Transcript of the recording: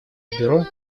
бюро